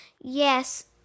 Yes